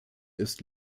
ist